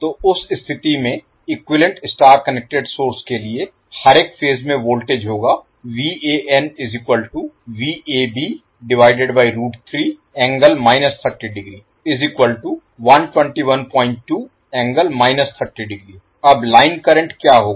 तो उस स्थिति में इक्विवैलेन्ट स्टार कनेक्टेड सोर्स के लिए हरेक फेज में वोल्टेज होगा अब लाइन करंट क्या होगा